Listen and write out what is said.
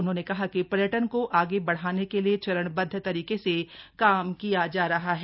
उन्होंने कहा कि पर्यटन को आगे बढ़ाने के लिए चरणबद्व तरीके से काम किया जा रहा है